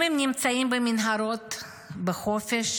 אם הם נמצאים במנהרות בחושך,